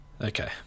Okay